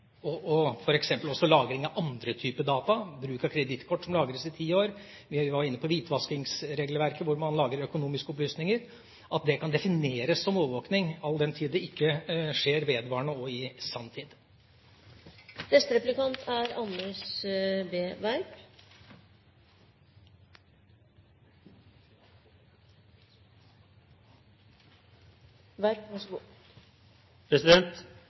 at det og også lagring av andre typer data – f.eks. bruk av kredittkort, som lagres i ti år, vi var inne på hvitvaskingsregelverket, hvor man lagrer økonomiske opplysninger – kan defineres som overvåking all den tid det ikke skjer vedvarende og i sanntid. For ganske nøyaktig ett år siden vedtok et samlet storting den nye politiregisterloven. Den er